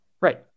Right